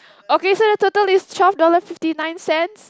okay so the total is twelve dollar fifty nine cents